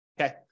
okay